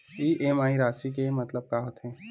EMI राशि के मतलब का होथे?